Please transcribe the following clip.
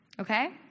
okay